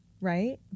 Right